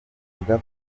buvuga